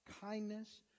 kindness